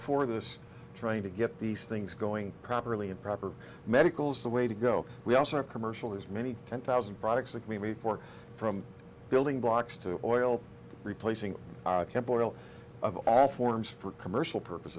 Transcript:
for this trying to get these things going properly and proper medicals the way to go we also have commercial there's many ten thousand products that we need for from building blocks to oil replacing of all forms for commercial purpose